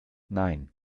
nein